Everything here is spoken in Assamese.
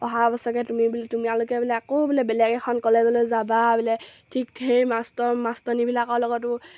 অহা বছৰকে তুমি বোলে তোমালোকে বোলে আকৌ বোলে বেলেগ এখন কলেজলৈ যাবা বোলে ঠিক সেই মাষ্টৰ মাষ্টনীবিলাকৰ লগতো